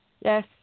Yes